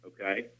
okay